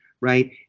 right